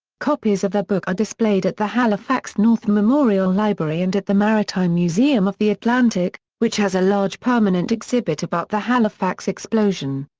copies of the book are displayed at the halifax north memorial library and at the maritime museum of the atlantic, which has a large permanent exhibit about the halifax explosion.